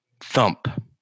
Thump